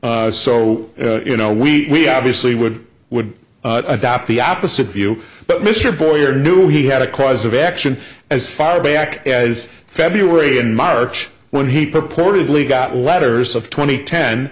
so you know we obviously would would adopt the opposite view but mr boyer knew he had a cause of action as far back as february in march when he purportedly got letters of twenty ten